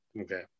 Okay